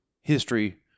history